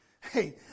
Hey